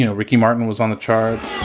you know ricky martin was on the charts